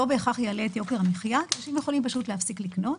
בהכרח הוא יעלה את יוקר המחיה כי אנשים יכולים פשוט להפסיק לקנות,